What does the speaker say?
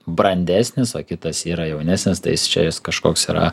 brandesnis o kitas yra jaunesnis tai jis čia jis kažkoks yra